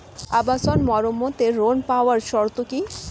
আবাসন মেরামতের ঋণ পাওয়ার শর্ত কি?